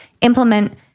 implement